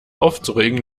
aufzuregen